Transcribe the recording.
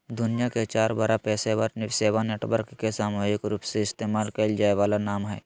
दुनिया के चार बड़ा पेशेवर सेवा नेटवर्क के सामूहिक रूपसे इस्तेमाल कइल जा वाला नाम हइ